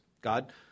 God